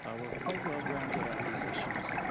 ah we're quite well grounded on these issues.